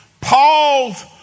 Paul's